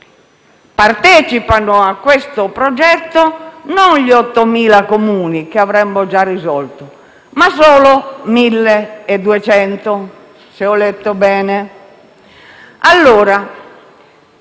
persone. Partecipano a questo progetto non gli 8.000 Comuni (ché avremmo già risolto), ma solo 1.200, se ho letto bene.